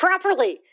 properly